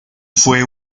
fue